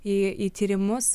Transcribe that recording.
į į tyrimus